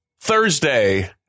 Thursday